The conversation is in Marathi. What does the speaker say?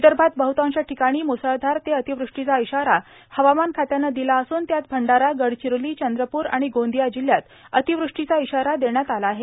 विदर्भात बहतांश ठिकाणी म्सळधार ते अतिवृष्टीचा इशारा हवामान खात्यानं दिला असून त्यात भंडारा गडचिरोली चंद्रपूर आणि गोंदिया जिल्ह्यात अतिवृष्टीचा इशारा देण्यात आला आहे